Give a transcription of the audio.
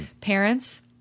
Parents